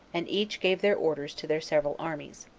and each gave their orders to their several armies.